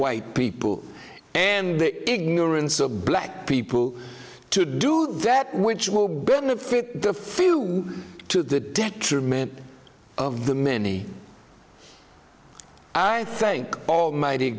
white people and the ignorance of black people to do that which will benefit the field to the detriment of the many i think